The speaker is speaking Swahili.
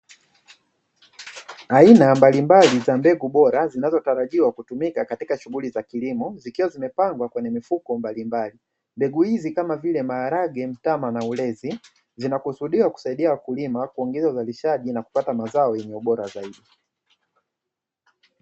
Aina mbalimbali za mbegu bora, zinazotarajiwa kutumika katika shughuli za kilimo, zikiwa zimepangwa kwenye mifuko mbalimbali. Mbegu hizi kama vile maharage, mtama na ulezi, zinakusudiwa kusaidia wakulima kuongeza uzalishaji na kupata mazao yenye ubora zaidi.